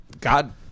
God